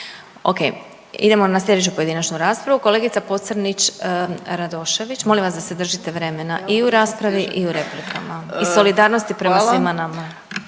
Okej. Idemo na sljedeću pojedinačnu raspravu. Kolegica Pocrnić-Radošević. Molim vas da se držite vremena i u raspravi i u replikama iz solidarnosti prema svima nama.